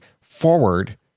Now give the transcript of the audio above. forward